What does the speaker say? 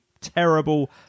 terrible